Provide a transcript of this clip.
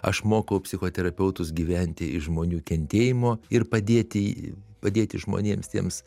aš mokau psichoterapeutus gyventi iš žmonių kentėjimo ir padėti padėti žmonėms tiems